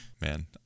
Man